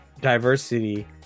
diversity